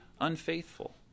unfaithful